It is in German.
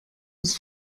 ist